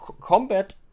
combat